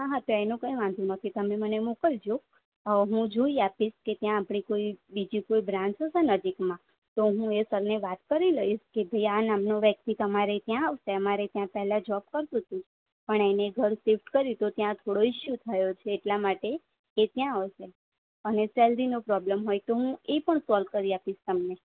હા હા તો એનો કંઈ વાંધો નથી તમે મને મોકલજો હું જોઈ આપીશ કે ત્યાં આપણે કોઇ બીજી કોઇ બ્રાન્ચ હશે નજીકમાં તો હું એ સરને વાત કરી લઈશ કે ભાઈ આ નામનો વ્યક્તિ તમારે ત્યાં આવશે અમારે ત્યાં પહેલાં જોબ કરતો હતો પણ એણે ઘર શિફ્ટ કર્યું તો ત્યાં થોડો ઇસ્યુ થયો છે એટલા માટે એ ત્યાં આવસશે અને સેલેરીનો પ્રોબ્લમ હોય તો હું એ પણ સોલ્વ કરી આપીશ તમને